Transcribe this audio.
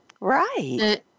Right